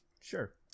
Sure